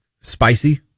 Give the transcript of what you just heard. spicy